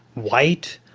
white,